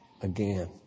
again